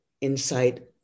insight